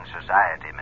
society